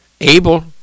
Abel